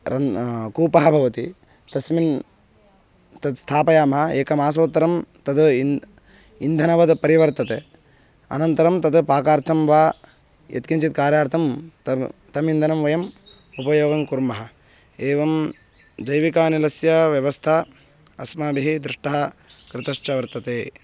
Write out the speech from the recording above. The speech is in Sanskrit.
रन् कूपः भवति तस्मिन् तत् स्थापयामः एकमासोत्तरं तद् इन्धनम् इन्धनवद् परिवर्तते अनन्तरं तद् पाकार्थं वा यत्किञ्चित् कार्यार्थं तं तम् इन्धनं वयम् उपयोगं कुर्मः एवं जैविकानिलस्य व्यवस्था अस्माभिः दृष्टः कृतश्च वर्तते